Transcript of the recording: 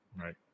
Right